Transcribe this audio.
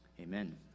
Amen